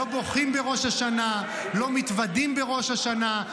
לא בוכים בראש השנה, לא מתוודים בראש השנה.